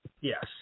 Yes